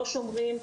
לא שומרים,